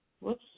Whoops